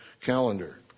calendar